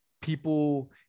people